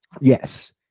Yes